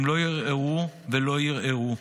הם לא הרהרו ולא ערערו.